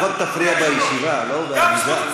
לפחות תפריע בישיבה, לא בעמידה.